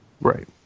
right